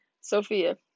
Sophia